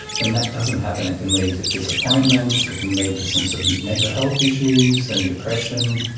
when that doesn't happen it can lead to disappointments, it can lead to some sort of mental health issues and depression,